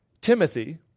Timothy